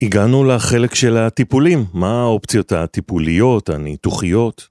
‫הגענו לחלק של הטיפולים, ‫מה האופציות הטיפוליות, הניתוחיות?